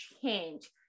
change